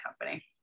company